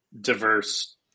diverse